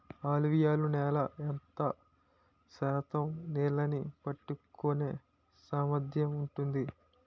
అలువియలు నేల ఎంత శాతం నీళ్ళని పట్టుకొనే సామర్థ్యం ఉంటుంది?